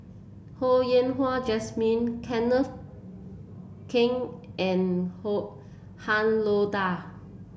Ho Yen Wah Jesmine Kenneth Keng and Han Lao Da